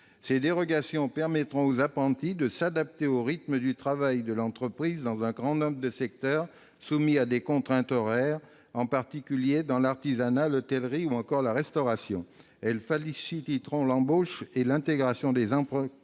Ces dérogations permettront aux apprentis de s'adapter au rythme de travail de l'entreprise dans un grand nombre de secteurs soumis à des contraintes horaires, en particulier dans l'artisanat, l'hôtellerie ou encore la restauration. Elles faciliteront l'embauche et l'intégration des apprentis